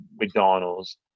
McDonald's